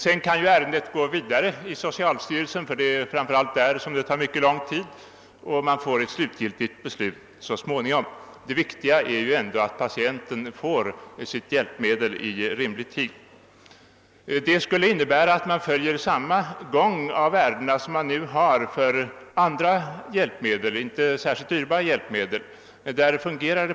Sedan kan ju ärendet gå vidare i socialstyrelsen, ty det är framför allt där som ärendet tar mycket lång tid, och man får så småningom ett slutgiltigt beslut. Det viktiga är ju ändå att patienten får sitt hjälpmedel i rimlig tid. Förslaget innebär att ärendena i fråga om utlämnande av hjälpmedel handläggs på samma sätt som nu sker beträffande andra, inte särskilt dyrbara hjälpmedel.